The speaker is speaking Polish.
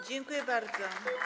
Dziękuję bardzo.